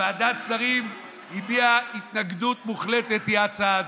שוועדת שרים הביעה התנגדות מוחלטת לה היא ההצעה הזו.